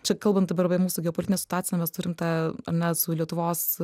čia kalbant dabar apie mūsų geopolitinę situaciją mes turim tą ar ne su lietuvos